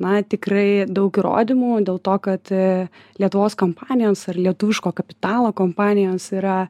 na tikrai daug įrodymų dėl to kad lietuvos kompanijos ar lietuviško kapitalo kompanijos yra